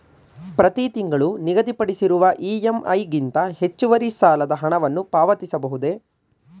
ಪ್ರತಿ ತಿಂಗಳು ನಿಗದಿಪಡಿಸಿರುವ ಇ.ಎಂ.ಐ ಗಿಂತ ಹೆಚ್ಚುವರಿ ಸಾಲದ ಹಣವನ್ನು ಪಾವತಿಸಬಹುದೇ?